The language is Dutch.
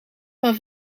maar